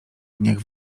dniach